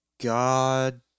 god